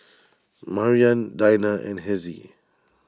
Maryann Dinah and Hezzie